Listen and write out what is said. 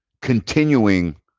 continuing